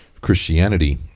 Christianity